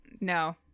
No